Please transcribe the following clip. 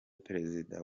perezida